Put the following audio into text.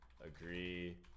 Agree